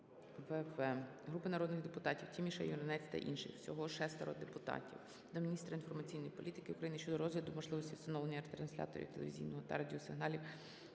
В. Групи народних депутатів (Тіміша, Юринець та інших; всього 6 депутатів) до міністра інформаційної політики України щодо розгляду можливості встановлення ретрансляторів телевізійного та радіосигналів